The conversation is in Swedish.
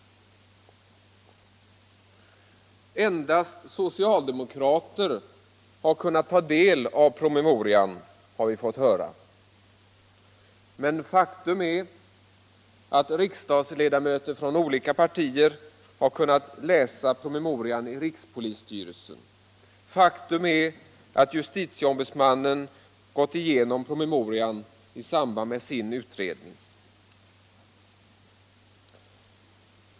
Endast socialdemokrater har kunnat ta del av promemorian, har vi fått höra. Men faktum är att riksdagsledamöter från olika partier har kunnat läsa promemorian hos rikspolisstyrelsen. Faktum är att justitieombudsmannen gått igenom promemorian i samband med sin utredning.